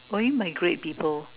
what you mean by great people